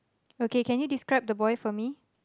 okay can you describe the boy for me